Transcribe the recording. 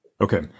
Okay